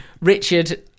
Richard